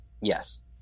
Yes